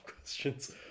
questions